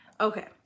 Okay